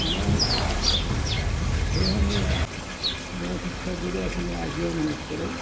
আমাৰ সেই সময়ত মোৰ শিক্ষাগুৰু আছিল মই আজিও মনত পৰে